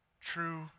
true